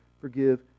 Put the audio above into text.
forgive